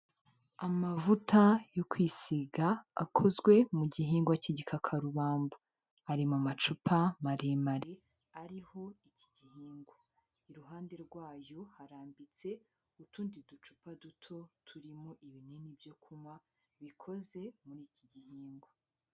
Amavuta yo kwisiga akozwe mu gihingwa cy'igikakarubamba ari mu amacupa maremare ariho iki gihingwa, iruhande rwayo harambitse utundi ducupa duto turimo ibinini byo kunywa bikoze muri iki gihingwa.